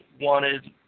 wanted